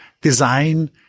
design